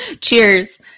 Cheers